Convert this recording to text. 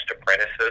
apprentices